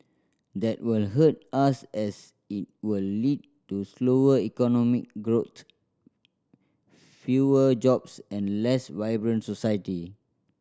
that will hurt us as it will lead to slower economic growth fewer jobs and a less vibrant society